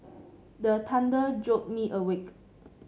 the thunder jolt me awake